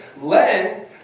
Len